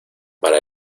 para